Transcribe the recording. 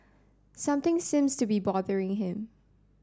something seems to be bothering him